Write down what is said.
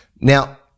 Now